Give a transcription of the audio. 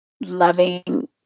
loving